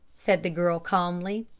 said the girl calmly.